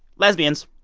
lesbians,